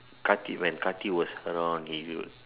Karthik and Kartik was around